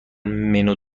منو